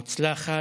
מוצלחת,